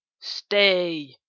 Stay